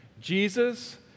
Jesus